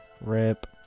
Rip